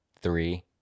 three